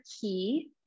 key